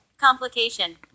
Complication